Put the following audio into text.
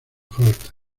falta